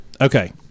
Okay